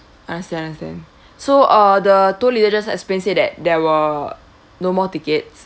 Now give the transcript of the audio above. understand understand so uh the two leaders explain say that there were no more tickets